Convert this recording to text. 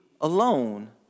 alone